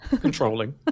controlling